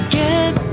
get